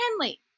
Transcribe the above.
henley